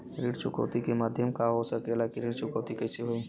ऋण चुकौती के माध्यम का हो सकेला कि ऋण चुकौती कईसे होई?